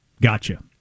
Gotcha